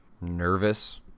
nervous